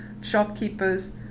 shopkeepers